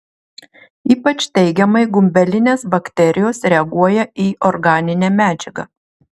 ypač teigiamai gumbelinės bakterijos reaguoja į organinę medžiagą